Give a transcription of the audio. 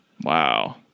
Wow